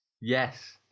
Yes